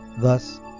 Thus